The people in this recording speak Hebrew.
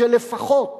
שלפחות